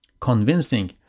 convincing